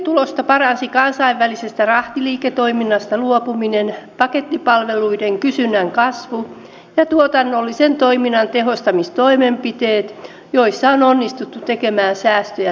liiketulosta paransivat kansainvälisestä rahtiliiketoiminnasta luopuminen pakettipalveluiden kysynnän kasvu ja tuotannollisen toiminnan tehostamistoimenpiteet joissa on onnistuttu tekemään säästöjä tavoitteiden mukaan